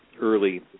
Early